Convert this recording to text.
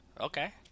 Okay